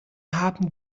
haben